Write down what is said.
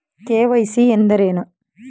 KYC ಎಂದರೇನು?